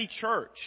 church